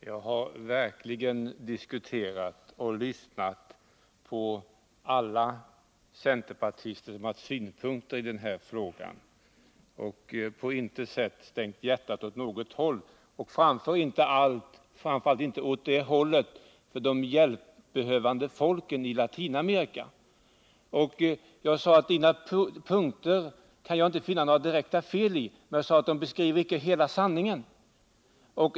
Herr talman! Jag har verkligen diskuterat och lyssnat på alla centerpartister som har synpunkter i den här frågan. Jag har på intet sätt stängt hjärtat åt något håll, framför allt inte åt det hållet där man behövt hjälp, bland folket i Latinamerika. Jag sade att jag inte kunde finna några direkta fel i Sture Ericsons punkter, men att de inte beskriver hela sanningen.